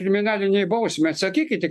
kriminalinei bausmei atsakykit į